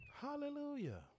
Hallelujah